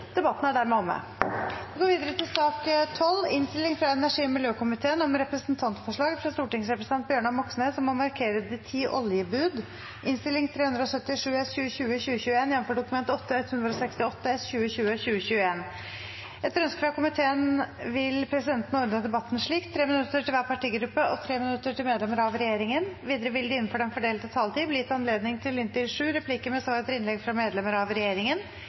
til sak nr. 11. Etter ønske fra energi- og miljøkomiteen vil presidenten ordne debatten slik: 3 minutter til hver partigruppe og 3 minutter til medlemmer av regjeringen. Videre vil det – innenfor den fordelte taletid – bli gitt anledning til inntil sju replikker med svar etter innlegg fra medlemmer av regjeringen,